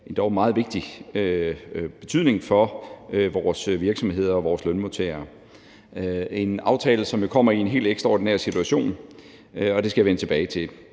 endog meget stor betydning for vores virksomheder og vores lønmodtagere, en aftale, som kommer i en helt ekstraordinær situation, og det skal jeg vende tilbage til.